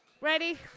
Ready